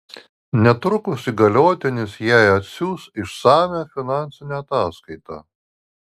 netrukus įgaliotinis jai atsiųs išsamią finansinę ataskaitą